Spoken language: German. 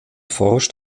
forscht